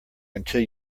until